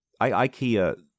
Ikea